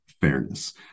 fairness